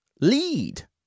lead